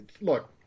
Look